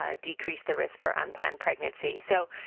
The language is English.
ah decrease the risk for unplanned pregnancy. so,